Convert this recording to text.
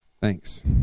Thanks